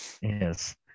yes